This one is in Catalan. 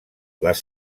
les